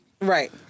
Right